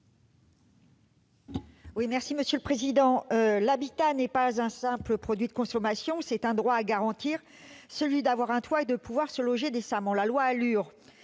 Éliane Assassi, sur l'article. L'habitat n'est pas un simple produit de consommation, c'est un droit à garantir : celui d'avoir un toit et de pouvoir se loger décemment. La loi ALUR,